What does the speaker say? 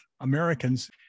Americans